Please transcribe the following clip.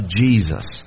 Jesus